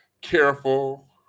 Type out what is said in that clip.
careful